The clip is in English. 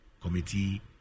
committee